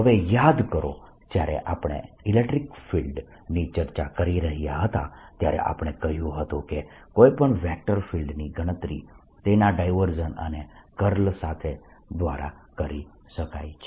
હવે યાદ કરો જ્યારે આપણે ઇલેક્ટ્રીક ફિલ્ડ ની ચર્ચા કરી રહ્યા હતા ત્યારે આપણે કહ્યું હતું કે કોઈ પણ વેક્ટર ફિલ્ડ ની ગણતરી તેના ડાયવર્જન્સ અને કર્લ સાથે દ્વારા કરી શકાય છે